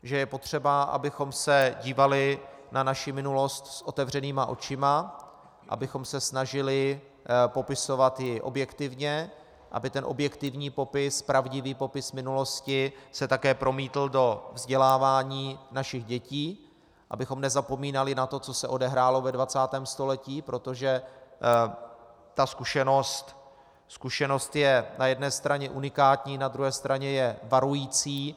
Že je potřeba, abychom se dívali na naši minulost s otevřenýma očima, abychom se snažili popisovat ji objektivně, aby ten objektivní popis, pravdivý popis minulosti se také promítl do vzdělávání našich dětí, abychom nezapomínali na to, co se odehrálo ve 20. století, protože ta zkušenost je na jedné straně unikátní, na druhé straně je varující.